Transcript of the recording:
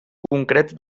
concrets